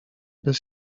bez